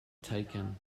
taken